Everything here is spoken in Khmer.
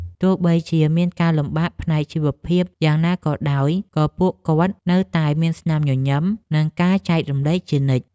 ទោះបីជាមានការលំបាកផ្នែកជីវភាពយ៉ាងណាក៏ដោយ ក៏ពួកគាត់នៅតែមានស្នាមញញឹម និងការចែករំលែកជានិច្ច។